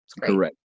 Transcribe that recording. Correct